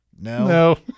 no